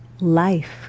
life